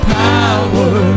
power